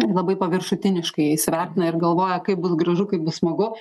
labai paviršutiniškai įsivertina ir galvoja kaip bus gražu kaip bus smagu